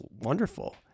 wonderful